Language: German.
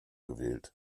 gewählt